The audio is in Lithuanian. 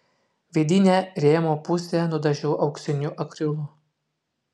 vidinę rėmo pusę nudažiau auksiniu akrilu